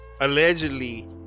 allegedly